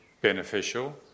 beneficial